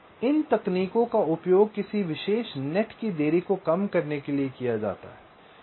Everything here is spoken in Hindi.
इन तकनीकों का उपयोग किसी विशेष नेट की देरी को कम करने के लिए किया जाता है